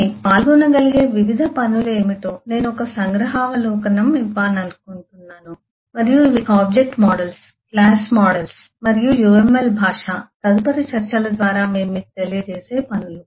కానీ పాల్గొనగలిగే వివిధ పనులు ఏమిటో నేను ఒక సంగ్రహావలోకనం ఇవ్వాలనుకుంటున్నాను మరియు ఇవి ఆబ్జెక్ట్ మోడల్స్ క్లాస్ మోడల్స్ మరియు UML భాష తదుపరి చర్చల ద్వారా మేము మీకు తెలియజేసే పనులు